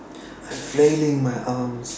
I'm flailing my arms